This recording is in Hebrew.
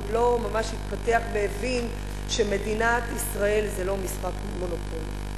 הוא עוד לא ממש התפתח והבין שמדינת ישראל זה לא משחק "מונופול".